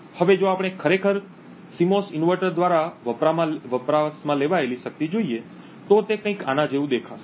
હવે જો આપણે ખરેખર સિમોસ ઇન્વર્ટર દ્વારા વપરાશમાં લેવાયેલી શક્તિ જોઈએ તો તે કંઈક આના જેવું દેખાશે